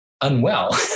unwell